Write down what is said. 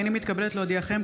הינני מתכבדת להודיעכם,